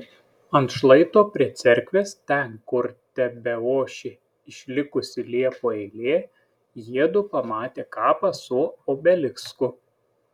ant šlaito prie cerkvės ten kur tebeošė išlikusi liepų eilė jiedu pamatė kapą su obelisku